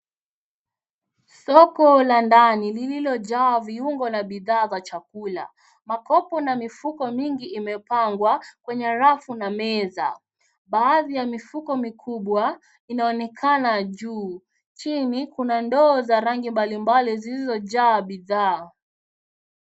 Soko la ndani lililojaa viungo na bidhaa vya chakula. Makopo na mifuko mingi imepangwa kwenye rafu na meza. Baadhi ya mifuko mikubwa inaonekana juu. Chini kuna ndoo za rangi mbalimbali zilizojaa bidhaa.